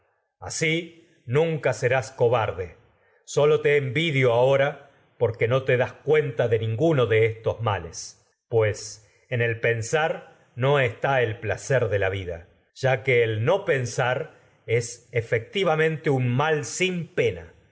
así nunca serás envidio ahora males que porque no te das cuenta ninguno de estos pues en el pensar no está el no placer de la vida ya un el pensar no es efectivamente a mal sin pena